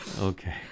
Okay